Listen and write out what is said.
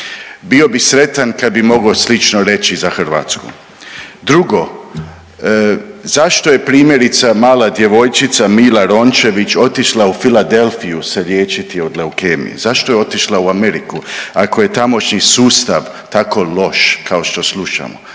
Bio bih sretan kad bih mogao slično reći za Hrvatsku. Drugo, zašto je primjerice mala djevojčica Mila Rončević otišla u Filadelfiju se liječiti od leukemije? Zašto je otišla u Ameriku ako je tamošnji sustav tako loš kao što slušamo?